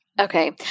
Okay